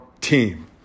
team